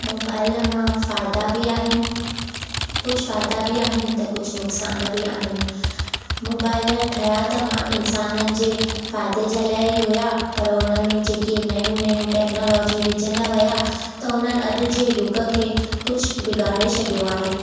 mobile मां फायदा बि आहिनि कुछ फायदा बि आहिनि त कुछ नुकसान बि आहिनि मोबाइल ठया त मां इंसानन न जे फायदे जे लाए ई हुआ पर हुन में जेके नयूं नयूं टेक्नोलॉजी विझंदा विया त हुननि अॾ जे युग खे कुछ बिगाड़े छॾियो आहे